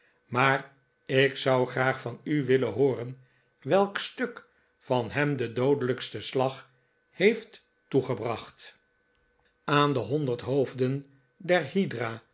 maar ik zou graag van u willen hooren welk stuk van hem den doodelijksten slag heeft toegebracht aan de honderd hodfden